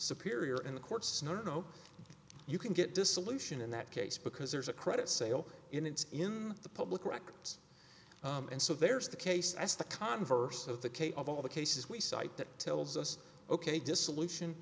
superior in the courts no no you can get dissolution in that case because there's a credit sale in it's in the public records and so there's the case as the converse of the case of all the cases we cite that tells us ok dissolution